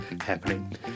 happening